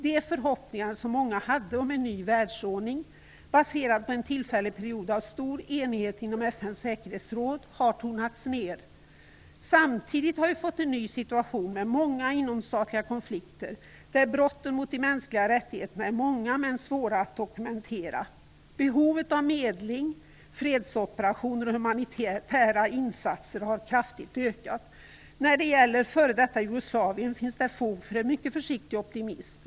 De förhoppningar som många hade om en ny världsordning baserad på en tillfällig period av stor enighet inom FN:s säkerhetsråd har tonats ned. Samtidigt har vi fått en ny situation med många inomstatliga konflikter där brotten mot de mänskliga rättigheterna är många men svåra att dokumentera. Behovet av medling, fredsoperationer och humanitära insatser har kraftigt ökat. När det gäller f.d. Jugoslavien finns det fog för en mycket försiktig optimism.